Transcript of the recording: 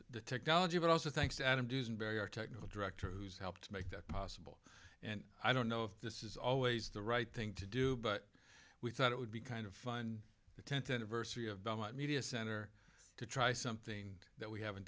the technology but also thanks adam dusenberry our technical director who's helped make that possible and i don't know if this is always the right thing to do but we thought it would be kind of fun the tenth anniversary of belmont media center to try something that we haven't